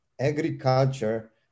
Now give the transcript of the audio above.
agriculture